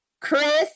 Chris